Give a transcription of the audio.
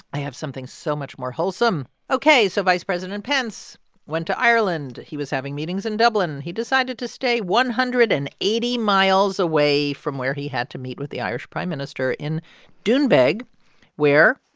i have something so much more wholesome. ok. so vice president pence went to ireland. he was having meetings in dublin. he decided to stay one hundred and eighty miles away from where he had to meet with the irish prime minister in doonbeg where,